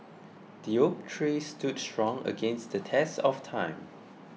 the oak tree stood strong against the test of time